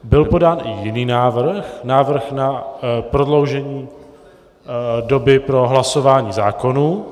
Byl podán i jiný návrh, návrh na prodloužení doby pro hlasování zákonů.